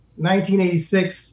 1986